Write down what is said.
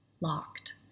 locked